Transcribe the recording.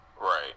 Right